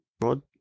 rod